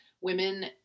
women